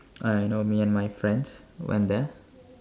uh you know me and my friends went there